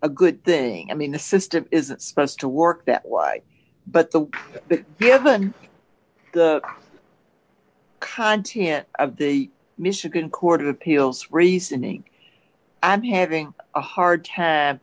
a good thing i mean the system isn't supposed to work that way but the given the content of the michigan court of appeals reasoning i'm having a hard